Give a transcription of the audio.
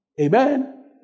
Amen